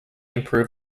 improve